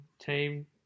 team